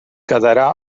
quedarà